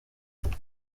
mbere